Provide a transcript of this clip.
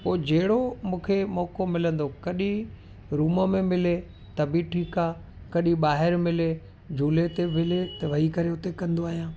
पोइ जहिड़ो मूंखे मौक़ो मिलंदो कॾहिं रुम में मिले त बि ठीकु आहे कॾहिं ॿाहिरि मिले झूले ते मिले त वेही करे हुते कंदो आहियां